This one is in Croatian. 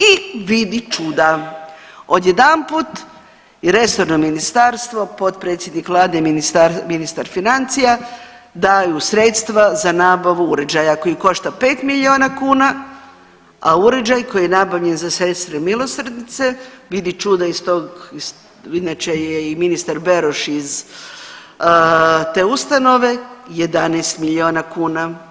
I vidi čuda, odjedanput je resorno ministarstvo potpredsjednik vlada i ministar financija daju sredstva za nabavu uređaja koji košta 5 milijuna kuna, a uređaj koji je nabavljen za Sestre milosrdnice, vidi čuda iz toga inače je i ministar Beroš iz te ustanove, 11 milijuna kuna.